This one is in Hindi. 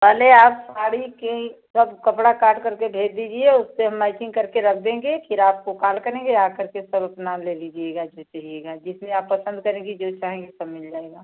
पहले आप साड़ी की सब कपड़ा काट करके भेज दीजिए उससे हम मैचिंग करके रख देंगे फ़िर आपको कॉल करेंगे आ करके सब अपना ले लीजिएगा जो चहिएगा जिसमें आप पसंद करेंगी जो चाहेंगी सब मिल जाएगा